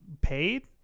paid